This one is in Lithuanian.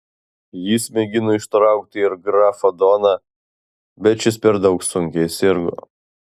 jis mėgino ištraukti ir grafą doną bet šis per daug sunkiai sirgo